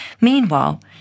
Meanwhile